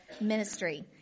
ministry